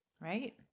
right